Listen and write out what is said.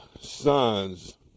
sons